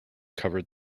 covered